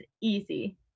easy